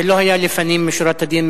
זה לא היה לפנים משורת הדין,